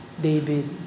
David